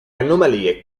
anomalie